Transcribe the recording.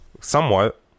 somewhat